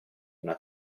una